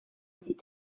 die